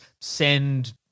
send